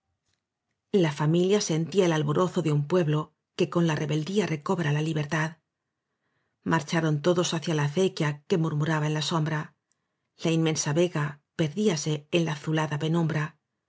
la familia sentía el alborozo de un pueblo que con la rebeldía recobra la libertad marcharon todos hacia la acequia que murmuraba en la sombra la inmensa vega perdíase en la azulada penumbra